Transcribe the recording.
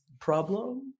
problem